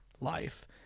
life